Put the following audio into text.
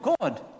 God